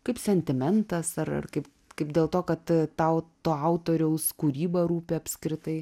kaip sentimentas ar ar kaip kaip dėl to kad tau to autoriaus kūryba rūpi apskritai